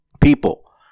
people